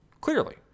Clearly